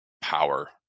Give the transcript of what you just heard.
power